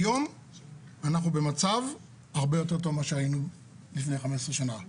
היום אנחנו במצב הרבה יותר טוב ממה שהיינו לפני 15 שנה.